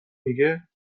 میگه